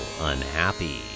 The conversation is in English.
unhappy